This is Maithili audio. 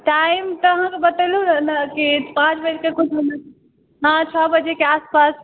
टाइम तऽ अहाँकेँ बतेलहुॅं रहऽ ने कि पाँच बाजि कऽ कुछ मिनट हॅं छओ बजेके आसपास